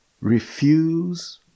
refuse